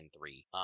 three